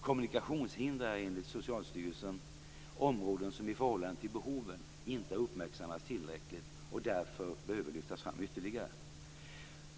Kommunikationshinder är enligt Socialstyrelsen områden som i förhållande till behoven inte har uppmärksammats tillräckligt och därför behöver lyftas fram ytterligare.